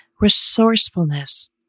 resourcefulness